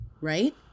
Right